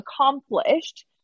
accomplished